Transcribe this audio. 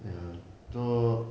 ya so